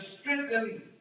strengthen